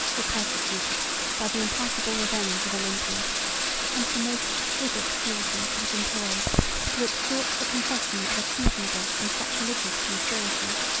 were persecuted by the implacable revenge of olympius and the most exquisite cruelty was employed to extort the confession of a treasonable and sacrilegious conspiracy.